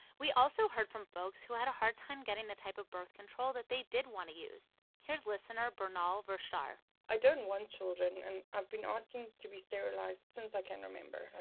we also heard from folks who had a hard time getting the type of birth control that they did want to use. here's listener bernal vershar i don't want children, and i've been asking to be sterilized since i can remember and like,